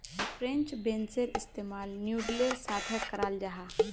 French बेंसेर इस्तेमाल नूडलेर साथे कराल जाहा